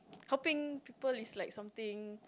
helping people is like something